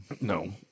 No